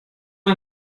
mal